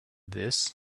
this